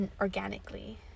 organically